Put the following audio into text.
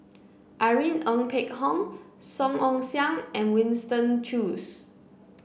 Irene Ng Phek Hoong Song Ong Siang and Winston Choos